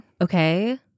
Okay